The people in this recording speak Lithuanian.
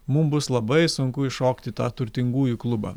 mum bus labai sunku įšokti į tą turtingųjų klubą